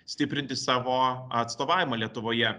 stiprinti savo atstovavimą lietuvoje